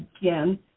again